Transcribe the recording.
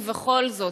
ובכל זאת,